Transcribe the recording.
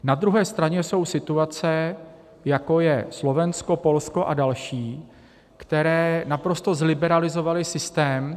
Na druhé straně jsou situace, jako je Slovensko, Polsko a další, které naprosto zliberalizovaly systém.